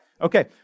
Okay